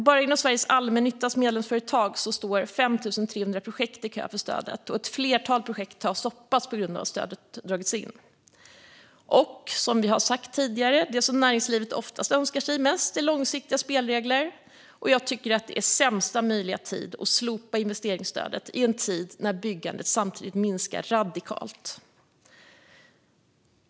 Bara inom Sveriges Allmännyttas medlemsföretag står 5 300 projekt i kö för stödet, och ett flertal projekt har stoppats på grund av att stödet dragits in. Och som vi har sagt tidigare: Det som näringslivet ofta önskar sig mest är långsiktiga spelregler. Jag tycker att det är sämsta möjliga tid att slopa investeringsstödet när byggandet minskar radikalt.